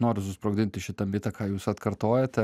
noriu susprogdinti šitą mitą ką jūs atkartojote